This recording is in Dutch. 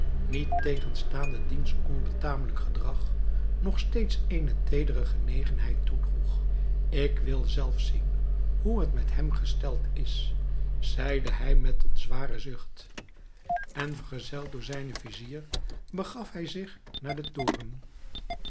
niettegenstaande diens onbetamelijk gedrag nog steeds eene teedere genegenheid toedroeg ik wil zelf zien hoe het met hem gesteld is zeide hij met een zwaren zucht en vergezeld door zijnen vizier begaf hij zich naar den toren